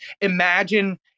Imagine